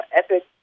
epic